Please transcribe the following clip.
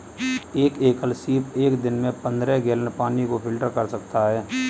एक एकल सीप एक दिन में पन्द्रह गैलन पानी को फिल्टर कर सकता है